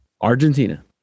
Argentina